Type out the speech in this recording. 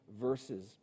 verses